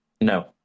No